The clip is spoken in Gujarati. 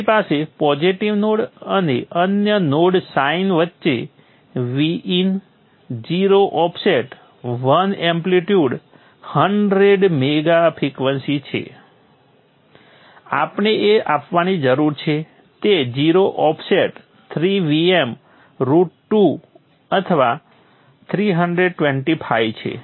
તમારી પાસે પોઝિટિવ નોડ અને અન્ય નોડ સાઇન વચ્ચે Vin 0 ઓફસેટ 1 એમ્પ્લિટ્યૂડ 100 મેગ ફ્રિક્વન્સી છે આપણે જે આપવાની જરૂર છે તે 0 ઓફસેટ 3 Vm રુટ 2 અથવા 325 છે